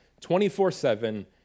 24-7